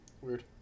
weird